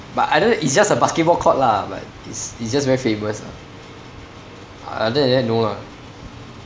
but I know it's just a basketball court lah but it's it's just very famous ah other than that no lah